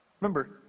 Remember